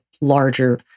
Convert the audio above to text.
larger